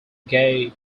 gay